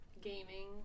gaming